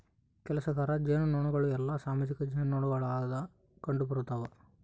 ಕೆಲಸಗಾರ ಜೇನುನೊಣಗಳು ಎಲ್ಲಾ ಸಾಮಾಜಿಕ ಜೇನುನೊಣಗುಳಾಗ ಕಂಡುಬರುತವ